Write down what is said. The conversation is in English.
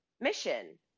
mission